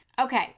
Okay